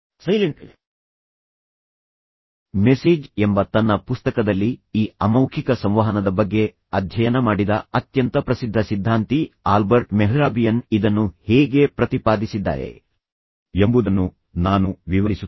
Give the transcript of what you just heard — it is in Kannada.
ಸೈಲೆಂಟ್ ಮೆಸೇಜ್ ಎಂಬ ತನ್ನ ಪುಸ್ತಕದಲ್ಲಿ ಈ ಅಮೌಖಿಕ ಸಂವಹನದ ಬಗ್ಗೆ ಅಧ್ಯಯನ ಮಾಡಿದ ಅತ್ಯಂತ ಪ್ರಸಿದ್ಧ ಸಿದ್ಧಾಂತಿ ಆಲ್ಬರ್ಟ್ ಮೆಹ್ರಾಬಿಯನ್ ಇದನ್ನು ಹೇಗೆ ಪ್ರತಿಪಾದಿಸಿದ್ದಾರೆ ಎಂಬುದನ್ನು ನಾನು ವಿವರಿಸುತ್ತೇನೆ